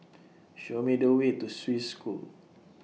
Show Me The Way to Swiss School